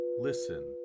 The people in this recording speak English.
listen